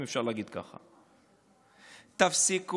אם אפשר להגיד ככה: תפסיקו